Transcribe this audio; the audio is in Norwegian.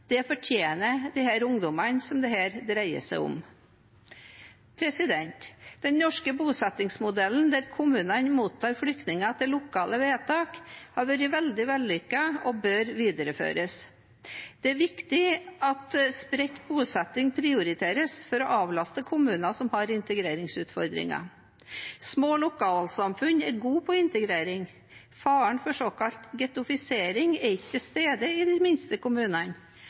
Det fortjener de ungdommene det dreier seg om. Den norske bosettingsmodellen, der kommunene mottar flyktninger etter lokale vedtak, har vært veldig vellykket og bør videreføres. Det er viktig at spredt bosetting prioriteres for å avlaste kommuner som har integreringsutfordringer. Små lokalsamfunn er gode på integrering. Faren for såkalt gettofisering er ikke til stede i de minste kommunene,